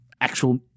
actual –